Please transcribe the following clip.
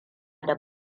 da